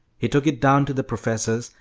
he took it down to the professor's,